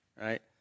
Right